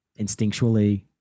instinctually